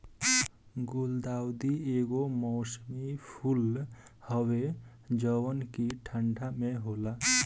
गुलदाउदी एगो मौसमी फूल हवे जवन की ठंडा में होला